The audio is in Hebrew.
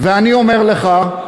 ואני אומר לך,